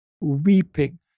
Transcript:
Weeping